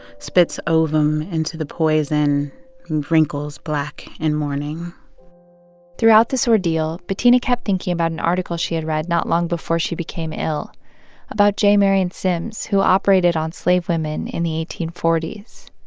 spits ovum into the poison and wrinkles black and mourning throughout this ordeal, bettina kept thinking about an article she had read not long before she became ill about j. marion sims who operated on slave women in the eighteen forty s.